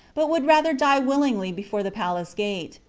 but would rather die willingly before the palace gate,